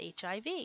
HIV